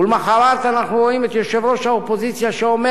ולמחרת אנחנו רואים את יושב-ראש האופוזיציה שאומר